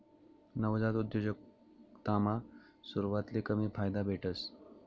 नवजात उद्योजकतामा सुरवातले कमी फायदा भेटस